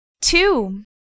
Two